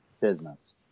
business